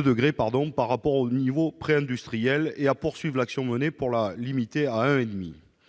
degrés par rapport au niveau préindustriel et à poursuivre l'action menée pour la limiter à 1,5.